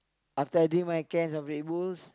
after I drink my cans of Red-Bull